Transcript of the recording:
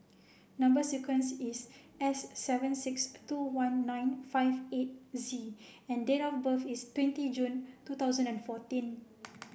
number sequence is S seven six two one nine five eight Z and date of birth is twenty June two thousand and fourteen